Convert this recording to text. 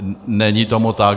Není tomu tak.